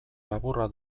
laburra